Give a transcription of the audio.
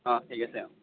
অঁ ঠিক আছে অঁ